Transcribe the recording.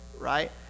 Right